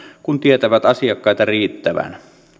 kun tietävät asiakkaita riittävän